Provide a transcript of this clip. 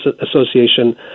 association